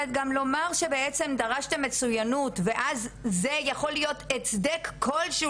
גם לומר שבעצם דרשתם מצוינות וזה יכול להיות הצדק כלשהו